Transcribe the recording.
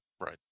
right